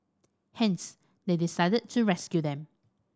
hence they decided to rescue them